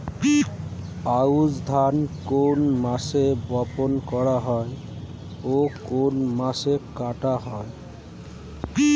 আউস ধান কোন মাসে বপন করা হয় ও কোন মাসে কাটা হয়?